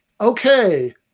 okay